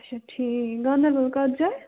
اَچھا ٹھیٖک گانٛدَربَل کَتھ جایہِ